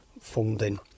funding